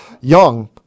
young